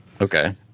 Okay